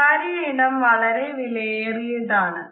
സ്വകാര്യ ഇടം വളരെ വിലയേറിയതാണ്